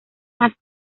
las